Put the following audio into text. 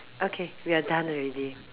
okay we're done already